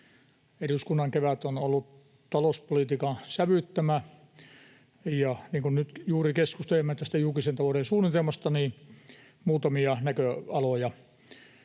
Eduskunnan kevät on ollut talouspolitiikan sävyttämä, ja kun nyt juuri keskustelemme tästä julkisen talouden suunnitelmasta, niin muutamia näköaloja.